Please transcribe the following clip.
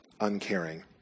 uncaring